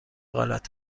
غلط